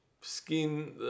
skin